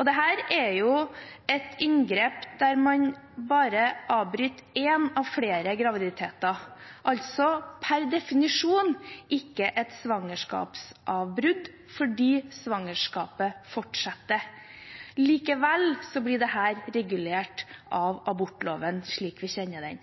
Dette er et inngrep der man bare avbryter én av flere graviditeter, altså per definisjon ikke et svangerskapsavbrudd, fordi svangerskapet fortsetter. Likevel blir dette regulert av abortloven slik vi kjenner den.